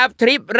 trip